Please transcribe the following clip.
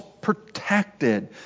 protected